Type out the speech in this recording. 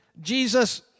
Jesus